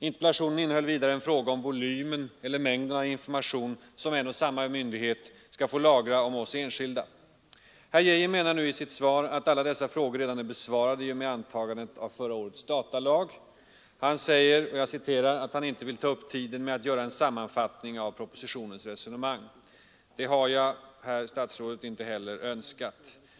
Interpellationen innehöll vidare en fråga om volymen eller mängden information som en och samma myndighet skall få lagra om oss enskilda. Herr Geijer menar nu i sitt svar att alla dessa frågor redan är besvarade i och med antagandet av förra årets datalag. Herr Geijer säger att han anser sig ”inte böra ta upp tiden med en sammanfattning” av propositionens resonemang. Det har jag, herr statsrådet, inte heller önskat.